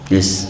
Yes